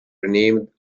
renamed